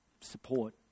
support